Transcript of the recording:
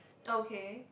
okay